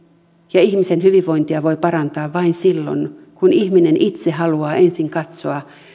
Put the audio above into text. ja ihmisen hyvinvointia voi parantaa vain silloin kun ihminen itse haluaa ensin katsoa